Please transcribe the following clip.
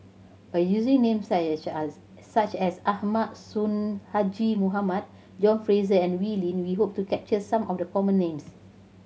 by using names as such as Ahmad Sonhadji Mohamad John Fraser and Wee Lin we hope to capture some of the common names